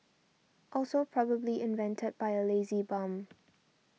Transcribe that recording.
also probably invented by a lazy bum